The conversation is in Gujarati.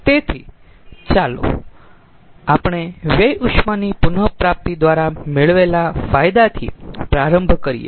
તેથી ચાલો આપણે વ્યય ઉષ્માની પુન પ્રાપ્તિ દ્વારા મેળવેલા ફાયદાથી પ્રારંભ કરીયે